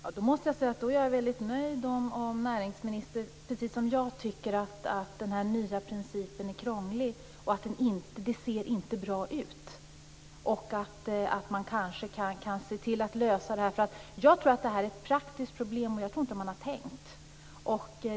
Fru talman! Jag måste säga att jag är väldigt nöjd om näringsministern, precis som jag, tycker att den nya principen är krånglig, att den inte ser bra ut. Det kanske går att lösa problemet. Jag tror att det är ett praktiskt problem, och jag tror att man inte har tänkt.